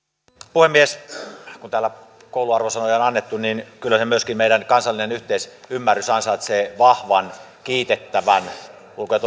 puhemies kun täällä kouluarvosanoja on on annettu niin kyllä myöskin meidän kansallinen yhteisymmärrys ansaitsee vahvan kiitettävän ulko ja